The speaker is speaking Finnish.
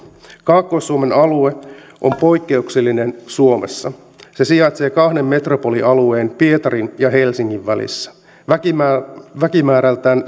kaakkois suomen alue on poikkeuksellinen suomessa se sijaitsee kahden metropolialueen pietarin ja helsingin välissä väkimäärältään väkimäärältään